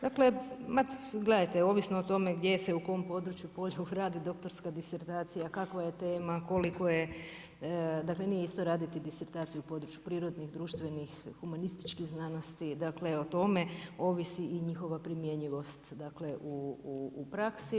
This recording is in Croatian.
Dakle, gledajte ovisno o tome gdje se u kom području, polju radi doktorska disertacija, kakva je tema, koliko je, dakle nije isto raditi disertaciju u području prirodnih, društvenih, humanističkih znanosti, dakle o tome ovisi i njihova primjenjivost u praksi.